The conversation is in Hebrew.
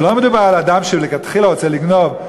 לא מדובר על אדם שמלכתחילה רוצה לגנוב,